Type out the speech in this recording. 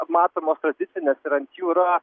matomos tradicinės ir ant jų yra